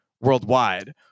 worldwide